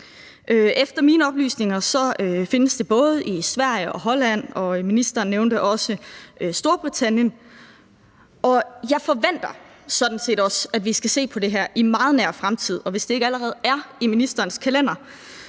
Efter mine oplysninger findes det både i Sverige og Holland, og ministeren nævnte også Storbritannien, og jeg forventer sådan set også, at vi skal se på det i en meget nær fremtid, og hvis det ikke allerede er i ministerens kalender,